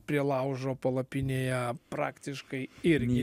prie laužo palapinėje praktiškai irgi